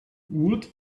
wood